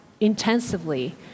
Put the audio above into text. intensively